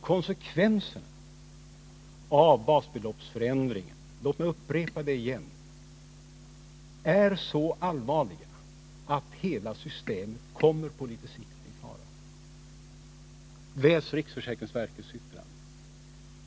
Konsekvenserna av basbeloppsförändringen — låt mig upprepa det — är så allvarliga att hela systemet på litet sikt kommer i fara. Läs riksförsäkringsverkets yttrande!